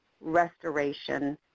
restoration